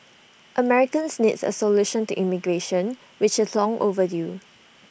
Americans needs A solution to immigration which is long overdue